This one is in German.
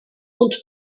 und